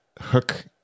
Hook